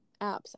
apps